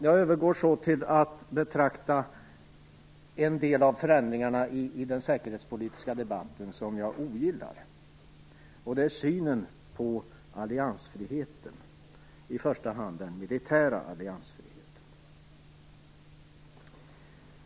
Jag övergår så till att betrakta en del av förändringarna i den säkerhetspolitiska debatten som jag ogillar. Det gäller synen på alliansfriheten, i första hand den militära alliansfriheten.